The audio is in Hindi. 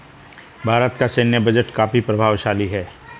भारत का सैन्य बजट काफी प्रभावशाली है